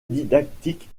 didactique